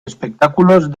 espectáculos